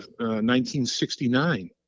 1969